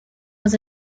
was